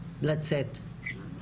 לצאת.